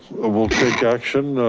we'll take action.